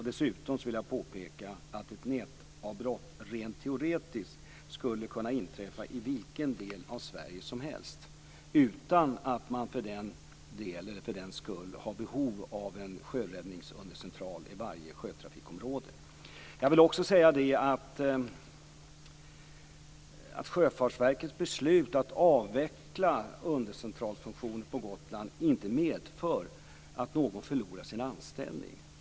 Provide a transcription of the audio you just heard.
Dessutom vill jag påpeka att ett nätavbrott rent teoretiskt skulle kunna inträffa i vilken del av Sverige som helst, utan att man för den skull har behov av en sjöräddningsundercentral i varje sjötrafikområde. Sjöfartverkets beslut att avveckla undercentralsfunktionen på Gotland medför inte att någon förlorar sin anställning.